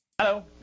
Hello